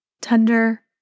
tender